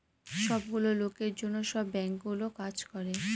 সব গুলো লোকের জন্য সব বাঙ্কগুলো কাজ করে